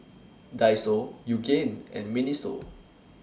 Daiso Yoogane and Miniso